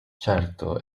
certo